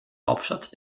hauptstadt